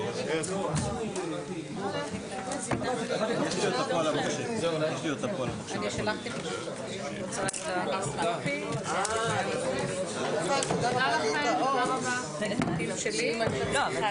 הישיבה ננעלה בשעה 12:03.